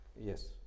yes